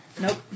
Nope